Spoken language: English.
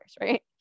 right